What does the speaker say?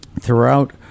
throughout